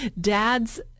Dads